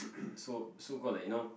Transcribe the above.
so so called like you know